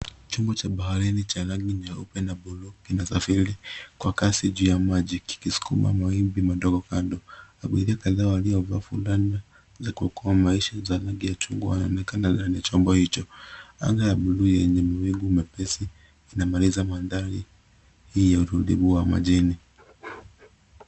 Chuma cha baharini chenye rangi nyeupe na buluu kinasafiri kwa kasi juu ya maji kikusukuma mawimbi madogo kando. Abiria kadhaa waliovaa fulana za kuokoa maisha za rangi ya chungwa wanaonekana ndani ya chombo hicho. Anga ya buluu yenye mawingu mepesi inamaliza mandhari hii ya utulivu wa majini.